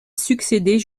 succéder